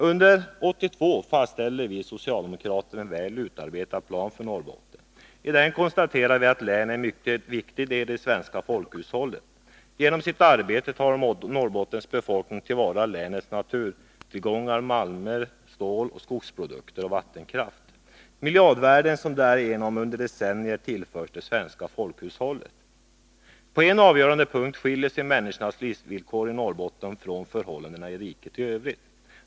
Under 1982 fastställde vi socialdemokrater en väl utarbetad plan för Norrbotten. I den konstaterar vi att länet är en mycket viktig del i det svenska folkhushållet. Genom sitt arbete tar Norrbottens befolkning till vara länets naturtillgångar: malmer, stål, skogsprodukter och vattenkraft. Miljardvärden har därigenom under decennier tillförts det svenska folkhushållet. På en avgörande punkt skiljer sig människornas livsvillkor i Norrbotten från förhållandena i riket i övrigt.